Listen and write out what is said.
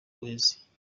guheze